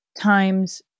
times